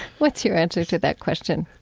what's your answer to that question?